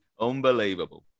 Unbelievable